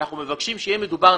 אנחנו מבקשים שיהיה מדובר,